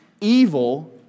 evil